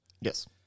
Yes